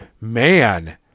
man